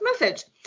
message